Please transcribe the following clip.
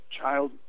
child